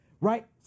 right